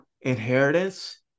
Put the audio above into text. inheritance